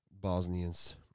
Bosnians